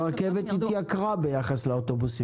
הרכבת התייקרה ביחס לאוטובוסים.